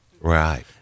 Right